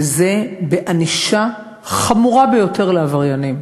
וזה ענישה חמורה ביותר לעבריינים.